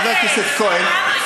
חבר הכנסת כהן,